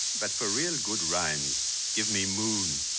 but for real good rhymes give me moon.